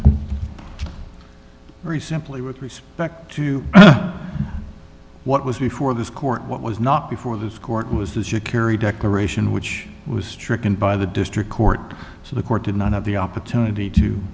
very simply with respect to what was before this court what was not before this court was this you carry declaration which was stricken by the district court so the court did not have the opportunity to